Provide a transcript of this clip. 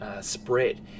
spread